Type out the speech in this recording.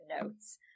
notes